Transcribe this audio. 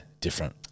Different